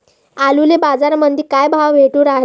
आलूले बाजारामंदी काय भाव भेटून रायला?